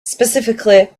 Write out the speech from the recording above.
specifically